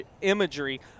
imagery